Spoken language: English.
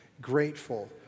Grateful